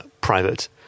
private